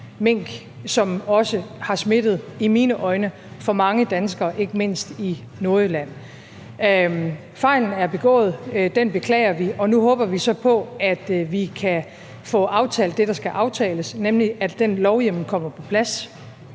mink, som også har smittet, i mine øjne, for mange danskere, ikke mindst i Nordjylland. Fejlen er begået, den beklager vi, og nu håber vi så på, at vi kan få aftalt det, der skal aftales, nemlig at den lovhjemmel kommer på plads,